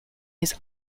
his